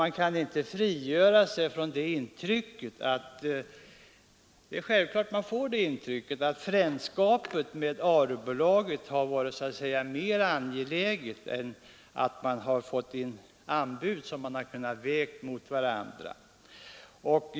Man kan inte frigöra sig från intrycket att frändskapen med Arebolagen har varit mer angelägen än att skaffa in anbud som kunde vägas mot varandra.